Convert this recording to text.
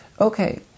Okay